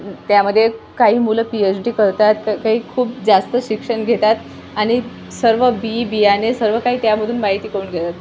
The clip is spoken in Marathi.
त्यामध्ये काही मुलं पीएच डी करत आहेत काही खूप जास्त शिक्षण घेतात आणि सर्व बी बियाणे सर्व काही त्यामधून माहिती करून घेतात